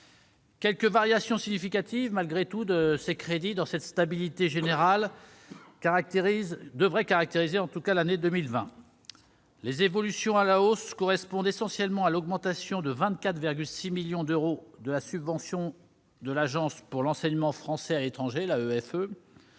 quelques variations significatives de crédits devraient néanmoins caractériser l'année 2020. Les évolutions à la hausse correspondent essentiellement à l'augmentation de 24,6 millions d'euros de la subvention de l'Agence pour l'enseignement français à l'étranger (AEFE),